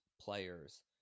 players